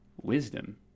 wisdom